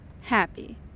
Happy